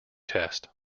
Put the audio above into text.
test